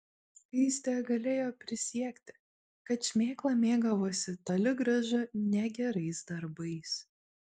skaistė galėjo prisiekti kad šmėkla mėgavosi toli gražu ne gerais darbais